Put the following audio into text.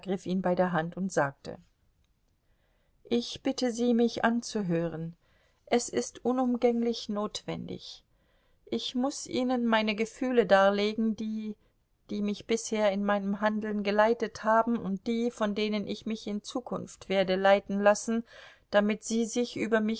bei der hand und sagte ich bitte sie mich anzuhören es ist unumgänglich notwendig ich muß ihnen meine gefühle darlegen die die mich bisher in meinem handeln geleitet haben und die von denen ich mich in zukunft werde leiten lassen damit sie sich über